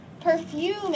Perfume